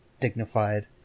dignified